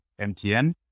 MTN